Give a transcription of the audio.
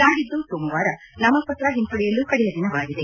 ನಾಡಿದ್ದು ಸೋಮವಾರ ನಾಮಪತ್ರ ಹಿಂಪಡೆಯಲು ಕಡೆಯ ದಿನವಾಗಿದೆ